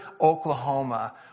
Oklahoma